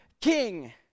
king